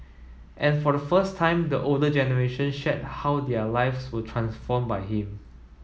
and for the first time the older generation shared how their lives were transformed by him